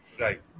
Right